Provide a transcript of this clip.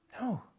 No